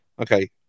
Okay